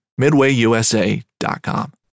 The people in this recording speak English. MidwayUSA.com